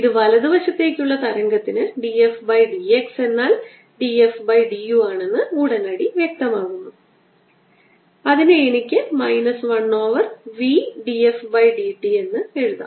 ഇത് വലതു വശത്തേക്കുള്ള തരംഗത്തിന് d f by d x എന്നാൽ എന്നാൽ d f by d u ആണെന്ന് ഉടനടി വ്യക്തമാക്കുന്നു അതിനെ എനിക്ക് minus 1 over v d f by d t എന്ന് എഴുതാം